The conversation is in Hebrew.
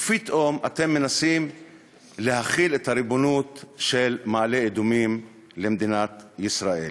ופתאום אתם מנסים להחיל את הריבונות על מעלה-אדומים למדינת ישראל?